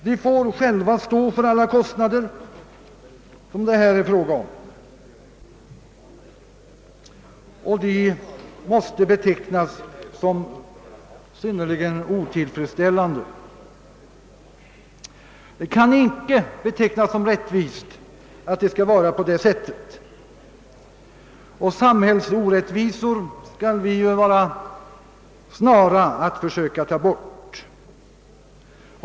De får själva stå för alla de kostnader det här är fråga om, vilket måste betecknas som synnerligen otillfredsställande och orättvist. Samhällsorättvisor bör vi vara snara att försöka ta bort.